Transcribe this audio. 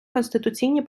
конституційні